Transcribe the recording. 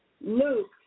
Luke